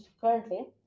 currently